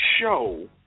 show